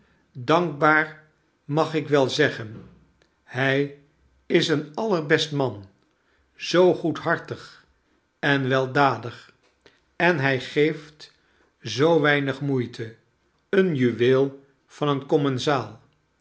dankbaar mag ik wel zeggen hij is een allerbest man zoo goedhartig en weldadig en hij geeft zoo weinig moeite eenjuweelvan een commensaal